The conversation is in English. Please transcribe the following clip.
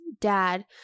dad